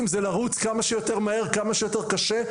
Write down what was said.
זה לרוץ כמה שיותר מהר כמה שיותר קשה,